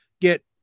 get